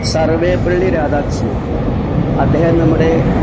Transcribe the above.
survey പള്ളി രാധാകൃഷ്ണന് അദ്ദേഹം നമ്മുടെ